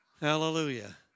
Hallelujah